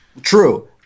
True